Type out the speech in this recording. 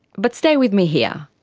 but stay with me here.